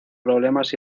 problemas